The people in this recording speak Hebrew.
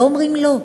לא אומרים לא.